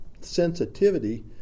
sensitivity